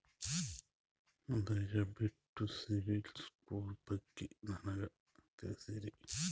ದಯವಿಟ್ಟು CIBIL score ಬಗ್ಗೆ ನನಗ ತಿಳಸರಿ?